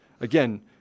again